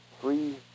three